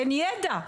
אין ידע,